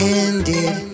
ended